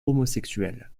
homosexuel